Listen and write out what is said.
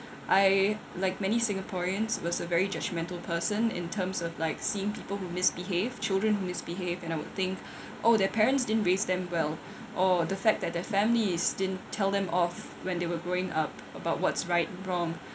I like many singaporeans was a very judgemental person in terms of like seeing people who misbehaved children who misbehave and I would think oh their parents didn't raise them well or the fact that their families didn't tell them off when they were growing up about what's right and wrong